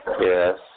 Yes